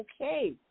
okay